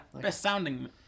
best-sounding